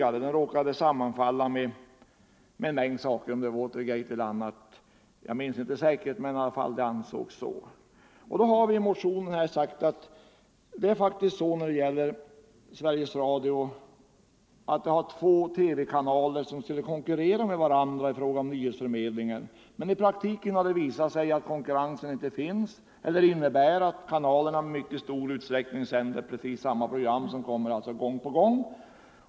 Denna händelse råkade sammanfalla med Watergateskandalen och en del annat. Vi har i motionen pekat på att Sveriges Radio faktiskt har två TV kanaler, som skulle konkurrera med varandra i fråga om nyhetsförmedlingen. I praktiken har det emellertid visat sig att konkurrensen inte finns eller i mycket stor utsträckning innebär att kanalerna sänder precis samma program, som alltså upprepas gång på gång.